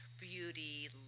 beauty